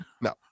No